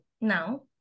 now